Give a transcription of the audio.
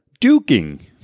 duking